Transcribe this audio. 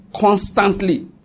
constantly